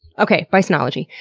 okay, bisonology.